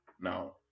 now